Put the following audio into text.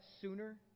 sooner